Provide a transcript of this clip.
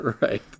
Right